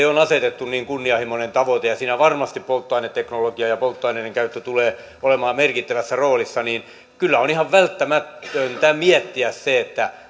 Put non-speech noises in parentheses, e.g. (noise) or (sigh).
(unintelligible) on asetettu niin kunnianhimoinen tavoite ja siinä varmasti polttoaineteknologia ja polttoaineiden käyttö tulevat olemaan merkittävässä roolissa niin kyllä on ihan välttämätöntä miettiä